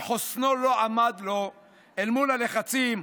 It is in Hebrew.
שחוסנו לא עמד לו אל מול הלחצים,